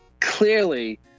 clearly